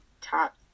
top